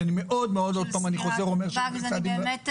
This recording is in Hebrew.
שאני חוזר ואומר שאני מקווה שלא,